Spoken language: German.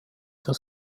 das